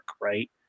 right